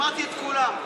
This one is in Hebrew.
שמעתי את כולם.